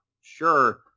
sure